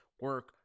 Work